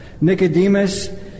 Nicodemus